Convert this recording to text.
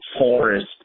forest